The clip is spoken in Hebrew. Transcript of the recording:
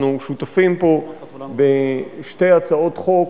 אנחנו שותפים פה בשתי הצעות חוק.